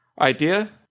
idea